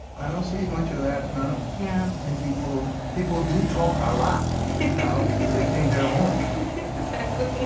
i don't see much of that now yeah i think people people do talk a lot now, because they think they're home exactly,